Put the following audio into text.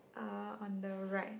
uh on the right